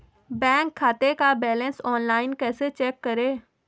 Bank खाते का balance online कैसे चेक करें?